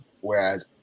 Whereas